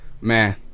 Man